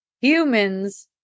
humans